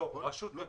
לפי רשות מקומית.